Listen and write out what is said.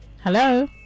hello